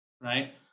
right